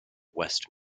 west